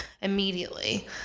immediately